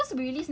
release